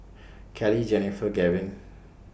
Keli Jenifer Gavyn